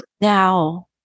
now